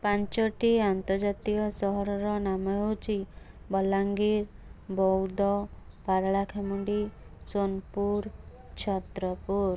ପାଞ୍ଚଟି ଅନ୍ତର୍ଜାତୀୟ ସହରର ନାମ ହେଉଛି ବଲାଙ୍ଗୀରି ବୌଦ୍ଧ ପାରେଳାଖେମୁଣ୍ଡି ସୋନପୁର ଛତ୍ରପୁର